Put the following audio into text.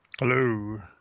Hello